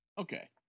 Okay